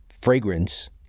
fragrance